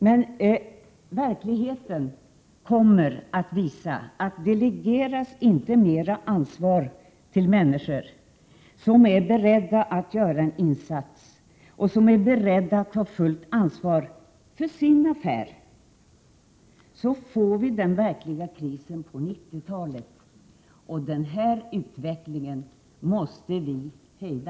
Men verkligheten kommer att visa att man, om inte mera ansvar delegeras till människor som är beredda att göra en insats och som är beredda att ta fullt ansvar, får den verkliga krisen på 1990-talet. Denna utveckling måste man hejda.